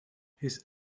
his